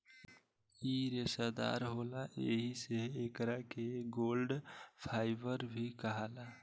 इ रेसादार होला एही से एकरा के गोल्ड फाइबर भी कहाला